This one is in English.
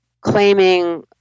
claiming